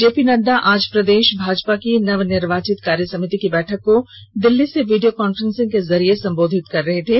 JP Nadda आज प्रदेश भाजपा की नवनिर्वाचित कार्यसमिति की बैठक को दिल्ली से वीडियो कॉन्फ्रेंसिंग के जरिए संबोधित कर रहे थे